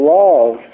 love